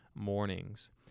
Mornings